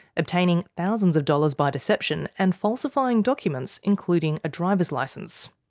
obtaining thousands of dollars by deception and falsifying documents including a driver's licence.